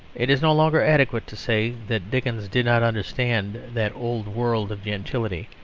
it is no longer adequate to say that dickens did not understand that old world of gentility,